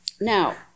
Now